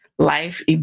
life